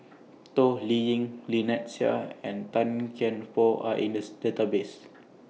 Toh Liying Lynnette Seah and Tan Kian Por Are in The Database